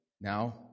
now